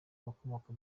abakomoka